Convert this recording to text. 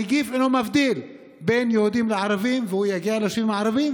הנגיף אינו מבדיל בין יהודים לערבים והוא יגיע ליישובים הערביים,